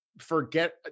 forget